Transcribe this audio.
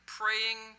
praying